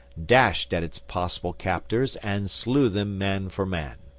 dashed at its possible captors and slew them man for man.